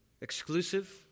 exclusive